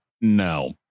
No